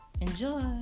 Enjoy